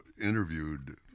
interviewed